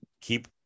keep